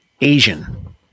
asian